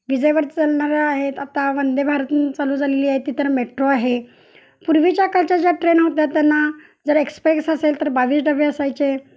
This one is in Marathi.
विजेवर चालणाऱ्या आहेत आता वंदे भारत चालू झालेली आहे ती तर मेट्रो आहे पूर्वीच्या काळच्या ज्या ट्रेन होत्या त्यांना जर एक्सप्रेस असेल तर बावीस डबे असायचे